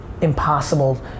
impossible